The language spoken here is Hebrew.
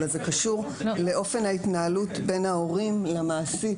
אלא זה קשור לאופן ההתנהלות בין ההורים למעסיק.